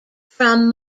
from